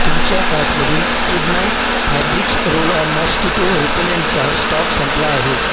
तुमच्या कार्टमधील good night fabrics roll on mosquito रिपेलेंटचा स्टॉक संपला आहे